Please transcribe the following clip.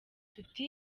tuti